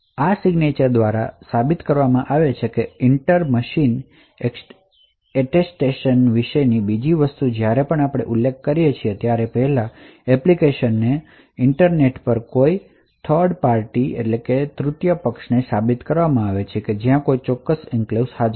તે આ સહીઓ દ્વારા કરવામાં આવે છે અને ઇન્ટર મશીન એટેસ્ટેશન બીજી વસ્તુ જે આપણે ઉલ્લેખ કરીએ છીએ તે એપ્લિકેશન ખરેખર ઇન્ટરનેટ પર કોઈ તૃતીય પક્ષને સાબિત કરી શકે છે કે તેમાં કોઈ ચોક્કસ એન્ક્લેવ્સ છે